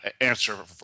answer